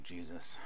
Jesus